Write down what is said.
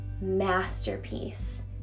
masterpiece